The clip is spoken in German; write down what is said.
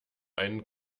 einen